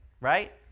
right